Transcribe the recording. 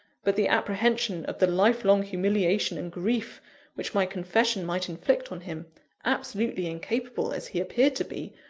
but the apprehension of the life-long humiliation and grief which my confession might inflict on him absolutely incapable, as he appeared to be,